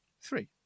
three